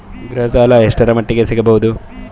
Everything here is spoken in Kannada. ಗೃಹ ಸಾಲ ಎಷ್ಟರ ಮಟ್ಟಿಗ ಸಿಗಬಹುದು?